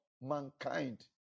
mankind